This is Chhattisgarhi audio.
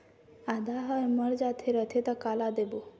आदा हर मर जाथे रथे त काला देबो?